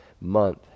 month